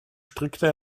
strickte